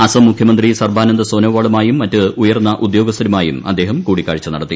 അസ്സം മുഖ്യമന്ത്രി സർബാനന്ദ് സൊനോവാളുമായും മറ്റ് ഉയർന്ന ഉദ്യോഗസ്ഥരുമായും അദ്ദേഹം കൂടിക്കാഴ്ച നടത്തി